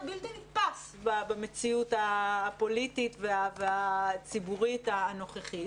בלתי נתפס במציאות הפוליטית והציבורית הנוכחית.